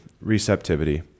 receptivity